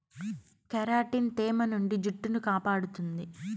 keratin తేమ నుండి జుట్టును కాపాడుతుంది